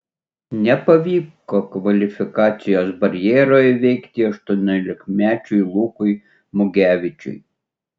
nepavyko kvalifikacijos barjero įveikti aštuoniolikmečiui lukui mugevičiui